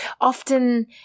often